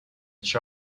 each